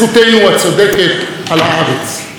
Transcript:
מורכבות היא לא צרעת.